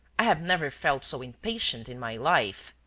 i have never felt so impatient in my life.